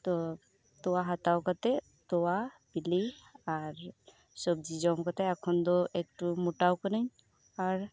ᱛᱚ ᱛᱚᱣᱟ ᱦᱟᱛᱟᱣ ᱠᱟᱛᱮᱫ ᱛᱚᱣᱟ ᱵᱮᱞᱮ ᱟᱨ ᱥᱚᱵᱽᱡᱤ ᱡᱚᱢ ᱠᱟᱛᱮᱫ ᱮᱠᱷᱚᱱ ᱫᱚ ᱮᱠᱴᱩ ᱢᱚᱴᱟ ᱟᱠᱟᱱᱟᱹᱧ ᱟᱨ